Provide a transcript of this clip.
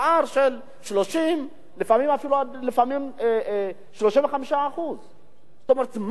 פער של 30% ולפעמים אפילו 35%. זאת אומרת,